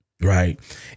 Right